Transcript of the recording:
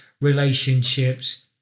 relationships